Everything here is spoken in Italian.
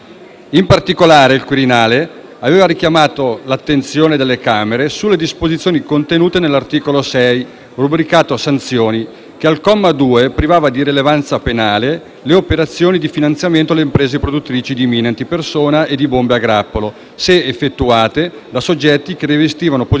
In particolare, il Quirinale aveva richiamato l'attenzione delle Camere sulle disposizioni contenute nell'articolo 6, rubricato Sanzioni, che al comma 2 privava di rilevanza penale le operazioni di finanziamento alle imprese produttrici di mine antipersona e di bombe a grappolo, se effettuate da soggetti che rivestivano posizioni